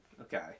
Okay